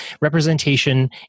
representation